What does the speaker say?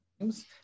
games